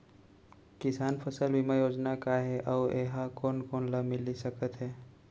किसान फसल बीमा योजना का हे अऊ ए हा कोन कोन ला मिलिस सकत हे?